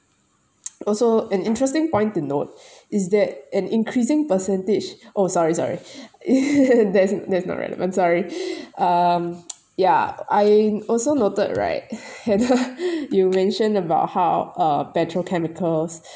also an interesting point to note is that an increasing percentage oh sorry sorry that's that's not right I'm sorry um yeah I also noted right you mentioned about how uh petrochemicals